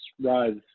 rise